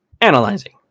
analyzing